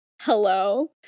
hello